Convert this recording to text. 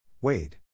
Wade